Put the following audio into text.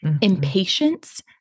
impatience